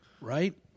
right